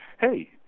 hey